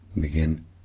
Begin